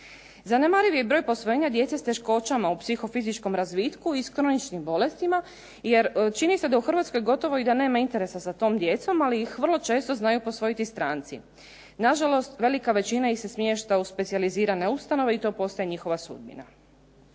Zanemarivi je broj posvojenja djece s teškoćama u psiho-fizičkom razvitku i s kroničnim bolestima jer čini se da u Hrvatskoj gotovo i da nema interesa za tom djecom ali ih vrlo često znaju posvojiti stranci. Nažalost, velika većina ih se smješta u specijalizirane ustanove i to postaje njihova sudbina.